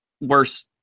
worse